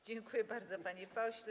Dziękuję bardzo, panie pośle.